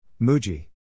Muji